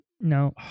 No